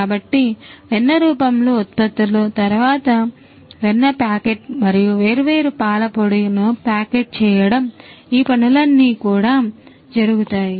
కాబట్టి వెన్న రూపంలో ఉత్పత్తులు తరువాత వెన్న ప్యాకెట్ మరియు వేర్వేరు పాల పొడి ను ప్యాకెట్ చేయడం ఈ పనులన్నీ కూడా జరుగుతాయి